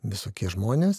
visokie žmonės